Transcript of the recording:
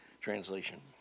translation